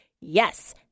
Yes